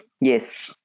Yes